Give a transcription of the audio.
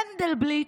מנדלבליט,